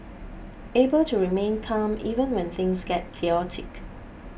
able to remain calm even when things get chaotic